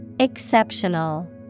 Exceptional